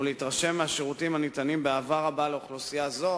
ולהתרשם מהשירותים הניתנים באהבה רבה לאוכלוסייה זו.